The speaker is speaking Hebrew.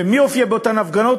ומי הופיע באותן הפגנות?